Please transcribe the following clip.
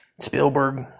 Spielberg